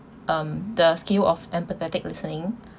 um the skill of empathetic listening